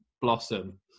blossom